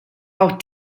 auch